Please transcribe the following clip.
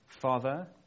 Father